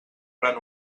gran